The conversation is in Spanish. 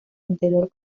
interior